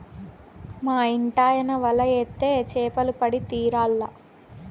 మా ఇంటాయన వల ఏత్తే చేపలు పడి తీరాల్ల